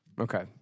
Okay